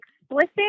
explicit